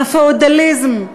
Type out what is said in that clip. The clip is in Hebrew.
מהפיאודליזם,